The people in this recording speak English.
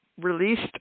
released